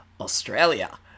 Australia